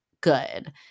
good